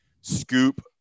Scoop